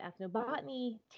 ethnobotany